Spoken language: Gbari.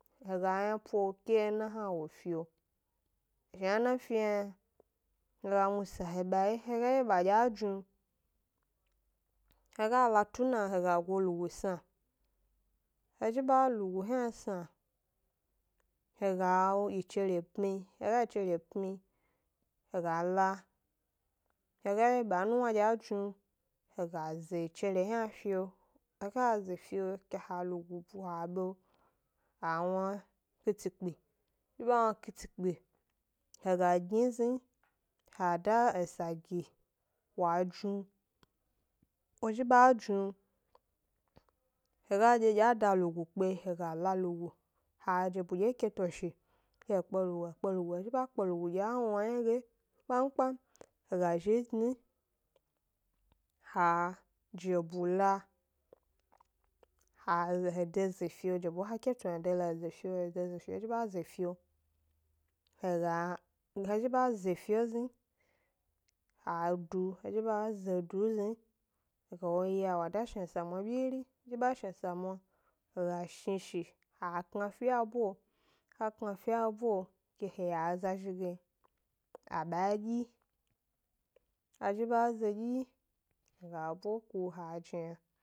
He ga 'yna puo ke ena hna wo fio, shna ena fio, shna fio hna he ga mu 'sa he bawye, he ga wye ba dye a jnu, he ga la tu na he ga go lugu sna, he zhi ba lugu hna sna, he ga wyichere pmi, he ga wyichere pmi, he ga wye ba e nuwna ɗye a jnu, he ga ze wyichere hna fio, he ga ze fio ke ha lugu bu ha beo a wna kitikpi, zhi ba wna kitikpi, he ga gni zhi ha da esa gi wa jnu, wo zhi ba jnu, he ga dye dye a da lugu kpe, he ga la lugu, ha jebu dye ke to shi ke he kpe lugu he kpe lugu, he zhi ba kpe lugu dye wna yna ge kpam kpam, he ga gni zni ha jebu la, ha he de ze fio jebu ha ke to yna, he de la he de ze fio, he zhi ba ze fio, he ga he zhi ba ze fio ezni, ha du, he zhi ba zo du zni, he ga wo ya wa da shna sa mwa byiri, zhi ba shna sa mwa, he ga shni shi ha kna fi e abwe o, ha knafi e abweo, ke he yi aza zhi ge a ba dyi, a zhi ba zo ɗyi, he ga bwe ku ha jna.